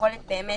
היכולת באמת